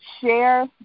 Share